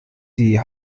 die